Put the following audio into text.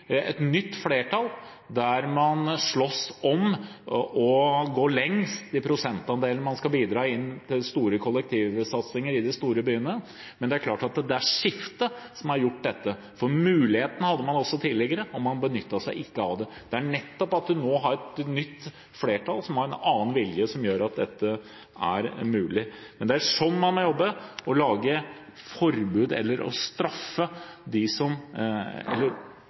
et nytt flertall, der man slåss om å gå lengst i prosentandelen man skal bidra med innen den store kollektivsatsingen i de store byene, men det er klart at det er skiftet som har gjort dette. Muligheten hadde man også tidligere, men man benyttet seg ikke av den. Det er nettopp at vi nå har et nytt flertall, som har en annen vilje, som gjør at dette er mulig. Men det er sånn man må jobbe. Å lage forbud eller å straffe er ikke veien å gå, som